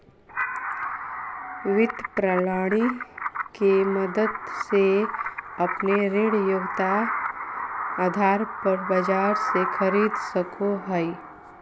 वित्त प्रणाली के मदद से अपने ऋण योग्यता आधार पर बाजार से खरीद सको हइ